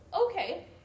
okay